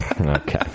okay